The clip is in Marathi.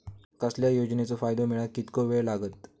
कसल्याय योजनेचो फायदो मेळाक कितको वेळ लागत?